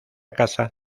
casa